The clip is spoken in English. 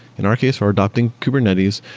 in our case, we're adopting kubernetes.